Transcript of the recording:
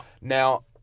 Now